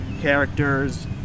characters